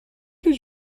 did